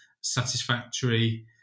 satisfactory